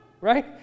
right